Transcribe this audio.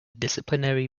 disciplinary